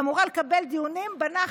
היא אמורה לקבל דיונים בנחת,